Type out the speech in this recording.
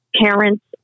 parents